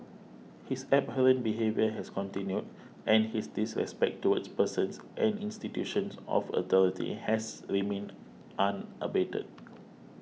his abhorrent behaviour has continued and his disrespect towards persons and institutions of authority has remained unabated